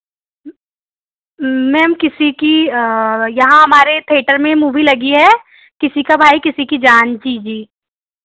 ma'am किसी की यहाँ हमारे थिएटर में मूवी लगी है किसी का भाई किसी की जान जी जी